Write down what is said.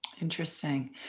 Interesting